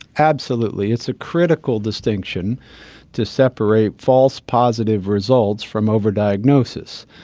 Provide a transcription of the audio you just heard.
absolutely, it's a critical distinction to separate false positive results from over-diagnosis.